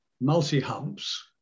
multi-humps